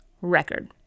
record